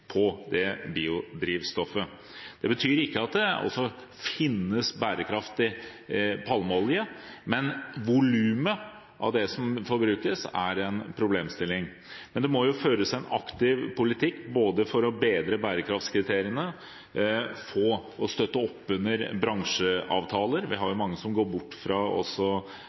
på det biodrivstoffet. Det betyr ikke at det ikke også finnes bærekraftig palmeolje, men volumet av det som forbrukes, er en problemstilling. Men det må føres en aktiv politikk både for å bedre bærekraftskriteriene og for å støtte opp under bransjeavtaler. Vi har mange som går bort fra palmeolje, men vi må også